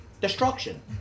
destruction